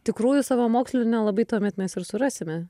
tikrųjų savamokslių nelabai tuomet mes ir surasime